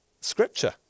scripture